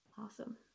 awesome